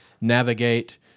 navigate